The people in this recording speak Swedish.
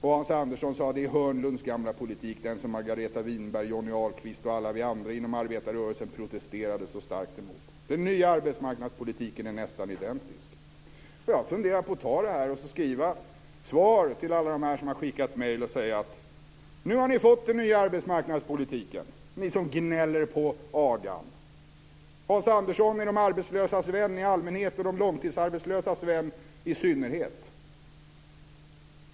Hans Andersson sade vidare: "Det är Hörnlunds gamla politik, den som Margareta Winberg, Johnny Ahlqvist och alla vi andra inom arbetarrörelsen protesterade så starkt emot. Den nya arbetsmarknadspolitiken är nästan identisk." Jag funderar på att ta detta, skriva svar till alla som skickat mejl och säga: Nu har ni fått den nya arbetsmarknadspolitiken, ni som gnäller på AGA:n. Hans Andersson är de arbetslösas vän i allmänhet och de långtidsarbetslösas vän i synnerhet.